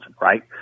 Right